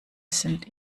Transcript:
sind